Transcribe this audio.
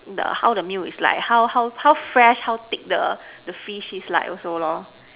the how the meal is like how how how fresh how thick the the fish is like also lah